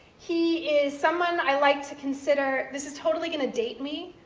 he is someone i like to consider, this is totally going to date me.